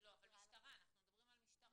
--- אבל אנחנו מדברים על משטרה.